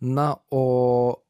na o